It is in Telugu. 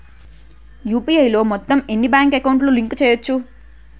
యు.పి.ఐ లో మొత్తం ఎన్ని బ్యాంక్ అకౌంట్ లు లింక్ చేయచ్చు?